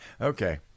Okay